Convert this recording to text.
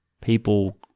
people